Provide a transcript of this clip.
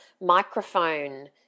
microphone